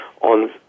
on